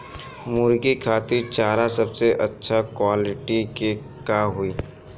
मुर्गी खातिर चारा सबसे अच्छा क्वालिटी के का होई?